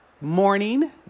morning